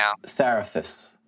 Seraphis